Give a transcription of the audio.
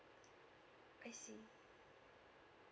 I see